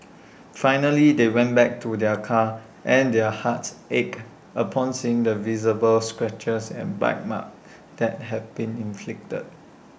finally they went back to their car and their hearts ached upon seeing the visible scratches and bite marks that had been inflicted